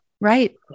right